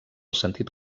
sentit